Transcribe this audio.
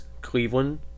Cleveland